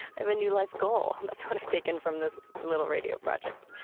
i have a new life goal. that's what i've taken from this little radio project.